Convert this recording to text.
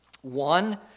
One